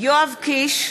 יואב קיש,